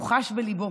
הוא חש בליבו.